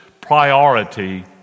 priority